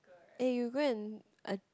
eh you go and uh